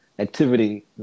Activity